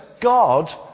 God